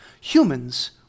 Humans